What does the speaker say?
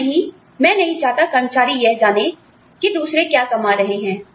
और नहीं मैं नहीं चाहता कर्मचारी यह जाने कि दूसरे क्या कमा रहे हैं